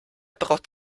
braucht